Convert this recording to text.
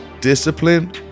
discipline